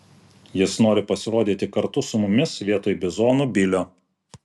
jis nori pasirodyti kartu su mumis vietoj bizonų bilio